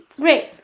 great